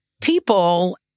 people